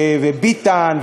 וביטן,